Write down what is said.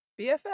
BFF